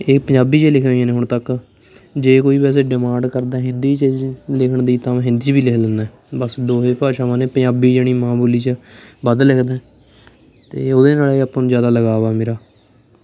ਇਹ ਪੰਜਾਬੀ 'ਚ ਲਿਖੇ ਹੋਈਆਂ ਨੇ ਹੁਣ ਤੱਕ ਜੇ ਕੋਈ ਵੈਸੇ ਡਿਮਾਂਡ ਕਰਦਾ ਹਿੰਦੀ 'ਚ ਲਿਖਣ ਦੀ ਤਾਂ ਮੈਂ ਹਿੰਦੀ 'ਚ ਵੀ ਲਿਖ ਲੈਂਦਾ ਬਸ ਦੋਹੇ ਭਾਸ਼ਾਵਾਂ ਨੇ ਪੰਜਾਬੀ ਜਾਣੀ ਮਾਂ ਬੋਲੀ 'ਚ ਵੱਧ ਲਿਖਦਾ ਅਤੇ ਉਹਦੇ ਨਾਲ ਆਪਾਂ ਨੂੰ ਜ਼ਿਆਦਾ ਲਗਾਵ ਆ ਮੇਰਾ